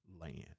land